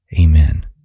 Amen